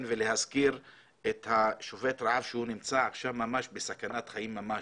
ולהזכיר את שובת הרעב שנמצא עכשיו בסכנת חיים ממש,